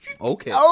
Okay